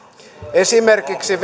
esimerkiksi